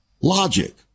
logic